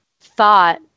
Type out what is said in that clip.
thought